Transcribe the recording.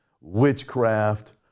witchcraft